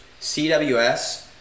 CWS